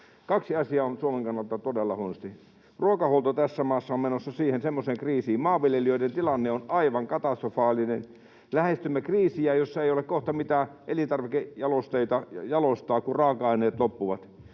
Kaksi asiaa on Suomen kannalta todella huonosti. Ruokahuolto tässä maassa on menossa kriisiin, maanviljelijöiden tilanne on aivan katastrofaalinen. Lähestymme kriisiä, jossa ei ole kohta mitään elintarvikkeita jalostaa, kun raaka-aineet loppuvat